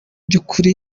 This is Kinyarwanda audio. by’ukuri